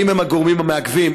האם הם הגורמים המעכבים,